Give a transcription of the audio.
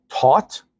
taught